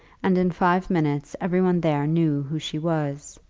and in five minutes every one there knew who she was,